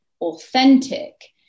authentic